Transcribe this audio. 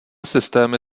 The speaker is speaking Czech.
systémy